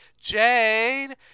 Jane